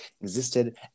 existed